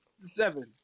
seven